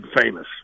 famous